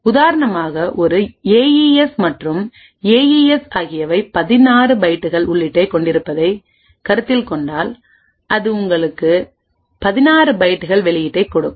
உதாரணமாக ஒரு ஏஇஎஸ் மற்றும் ஏஇஎஸ் ஆகியவை 16 பைட்டுகள் உள்ளீட்டைக் கொண்டிருப்பதைக் கருத்தில் கொண்டால் அது உங்களுக்கு 16 பைட்டுகள் வெளியீட்டைக் கொடுக்கும்